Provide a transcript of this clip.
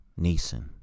Neeson